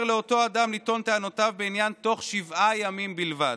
לאותו אדם לטעון טענותיו בעניין בתוך שבעה ימים בלבד.